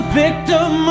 victim